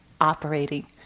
operating